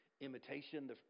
imitation